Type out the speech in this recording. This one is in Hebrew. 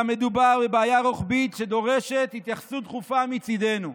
אלא מדובר בבעיה רוחבית שדורשת התייחסות דחופה מצידנו.